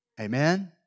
Amen